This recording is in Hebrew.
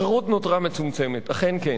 חרות נותרה מצומצמת, אכן כן.